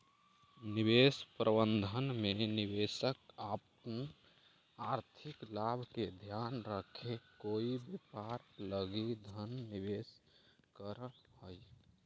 निवेश प्रबंधन में निवेशक अपन आर्थिक लाभ के ध्यान रखके कोई व्यापार लगी धन निवेश करऽ हइ